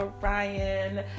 ryan